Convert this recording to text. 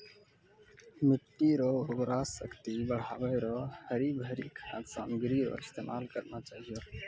मिट्टी रो उर्वरा शक्ति बढ़ाएं रो हरी भरी खाद सामग्री रो इस्तेमाल करना चाहियो